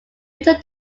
returned